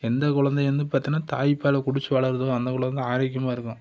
எந்த குழந்தையும் வந்து பார்த்தின்னா தாய்பாலை குடிச்சு வளருதோ அந்த குழந்தை ஆரோக்கியமாக இருக்கும்